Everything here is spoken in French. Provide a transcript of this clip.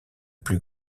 plus